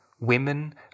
women